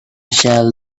shall